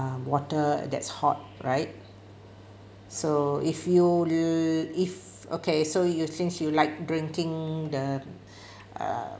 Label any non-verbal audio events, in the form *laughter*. um water that's hot right so if you if okay so you since you like drinking the *breath* uh